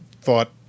thought